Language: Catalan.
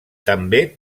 també